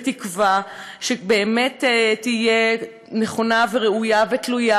בתקווה שבאמת היא תהיה נכונה וראויה ותלויה